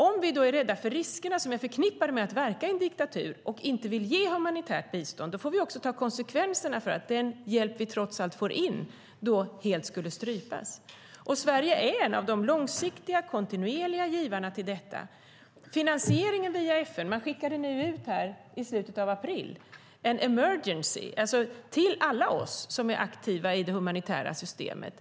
Om vi då är rädda för riskerna som är förknippade med att verka i en diktatur och inte vill ge humanitärt bistånd får vi också ta konsekvenserna, då den hjälp vi trots allt får in i så fall helt skulle strypas. Sverige är en av de kontinuerliga givarna till detta. När det gäller finansieringen via FN skickade man nu i slutet av april ut en emergency till alla oss som är aktiva i det humanitära systemet.